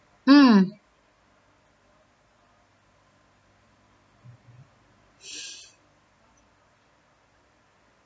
mm